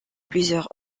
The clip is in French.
plusieurs